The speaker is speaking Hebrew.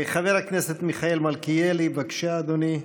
חבר הכנסת מיכאל מלכיאלי, בבקשה, אדוני.